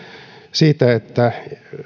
siitä että